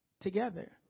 together